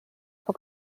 for